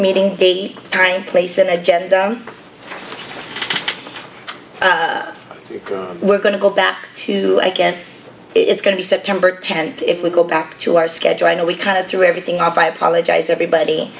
meeting date time place and agenda we're going to go back to i guess it's going to be september tenth if we go back to our schedule i know we kind of threw everything off i apologize everybody